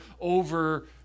over